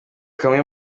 kamwe